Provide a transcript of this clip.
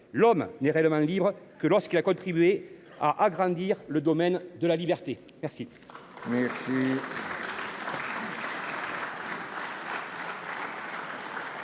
L’homme n’est réellement libre que lorsqu’il a contribué à agrandir le domaine de la liberté. »